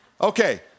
Okay